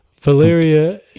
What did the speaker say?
Valeria